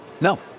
No